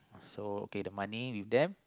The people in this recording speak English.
so okay the money with them